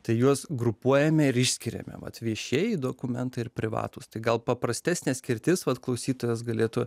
tai juos grupuojame ir išskiriame vat viešieji dokumentai ir privatūs tai gal paprastesnė skirtis vat klausytojas galėtų